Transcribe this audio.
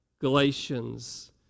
Galatians